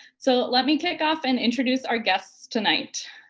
so let me kick off and introduce our guests tonight.